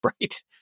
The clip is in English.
right